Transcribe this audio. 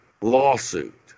lawsuit